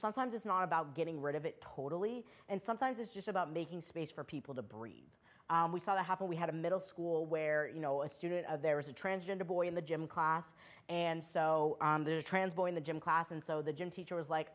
sometimes it's not about getting rid of it totally and sometimes it's just about making space for people to breed and we saw that happen we had a middle school where you know a student there was a transgender boy in the gym class and so on the trans boy in the gym class and so the gym teacher was like